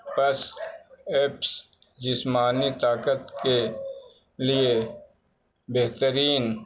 پس ایپس جسمانی طاقت کے لیے بہترین